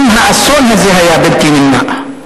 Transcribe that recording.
אם האסון הזה היה בלתי נמנע.